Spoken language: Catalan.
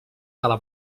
cala